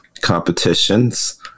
competitions